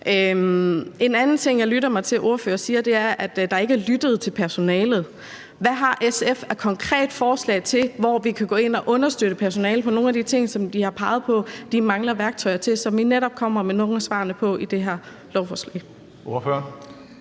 En anden ting, jeg lytter mig til ordføreren siger, er, at der ikke er lyttet til personalet. Hvad har SF af konkrete forslag til, hvor vi kan gå ind og understøtte personalet på nogle af de ting, som de har peget på de mangler værktøjer til, som vi netop kommer med nogle af svarene på i det her lovforslag?